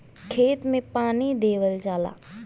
खेत मे पानी देवल जाला